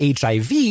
HIV